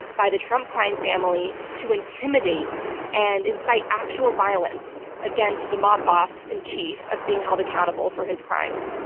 by the trump crime family to intimidate and incite actual violence against the mob boss in chief of being held accountable for his crimes.